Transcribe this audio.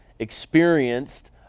Experienced